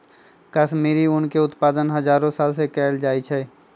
कश्मीरी ऊन के उत्पादन हजारो साल से कएल जाइ छइ